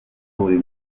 buri